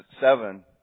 seven